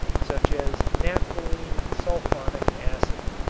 such as naphthalene sulfonic acid.